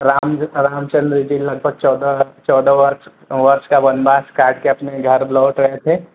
राम जी राम चंद्र जी लगभग चौदह चौदह वर्ष वर्ष का बनवास काट कर अपने घर लौट रहे थे